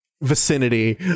vicinity